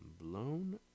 blown